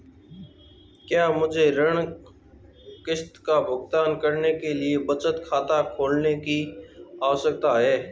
क्या मुझे ऋण किश्त का भुगतान करने के लिए बचत खाता खोलने की आवश्यकता है?